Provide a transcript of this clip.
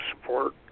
support